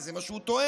כי זה מה שהוא טוען.